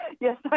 Yes